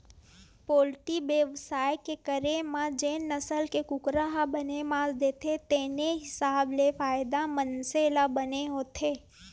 poultry बेवसाय के करे म जेन नसल के कुकरा ह बने मांस देथे तेने हिसाब ले फायदा मनसे ल बने होथे